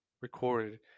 recorded